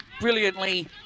Brilliantly